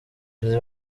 izi